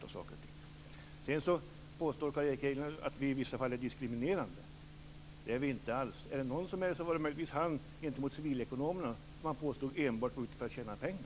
Sedan påstår Carl Erik Hedlund att vi i vissa fall är diskriminerande. Det är vi inte alls. Möjligen var han det gentemot civilekonomerna när han påstod att de enbart var ute efter att tjäna pengar.